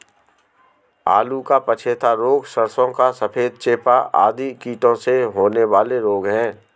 आलू का पछेता रोग, सरसों का सफेद चेपा आदि कीटों से होने वाले रोग हैं